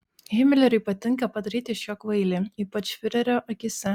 himleriui patinka padaryti iš jo kvailį ypač fiurerio akyse